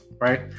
right